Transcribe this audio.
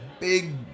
big